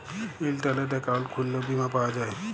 ইলটারলেট account খুইললেও বীমা পাউয়া যায়